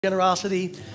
generosity